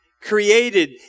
created